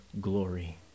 glory